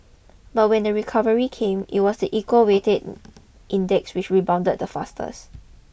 but when the recovery came it was the equal weighted index which rebounded the fastests